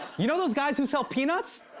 you know those guys who sell peanuts?